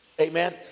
Amen